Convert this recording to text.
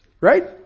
Right